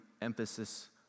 emphasis